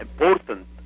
important